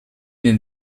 den